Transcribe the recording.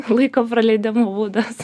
laiko praleidimo būdas